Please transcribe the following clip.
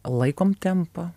laikom tempą